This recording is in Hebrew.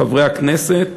חברי הכנסת,